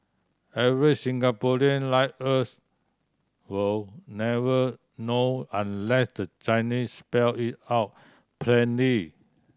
average Singaporean like us will never know unless the Chinese spell it out plainly